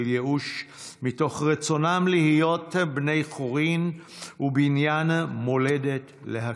ייאוש מתוך רצונם להיות בני חורין ובניין מולדת להקים.